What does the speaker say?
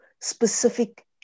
specific